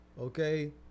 okay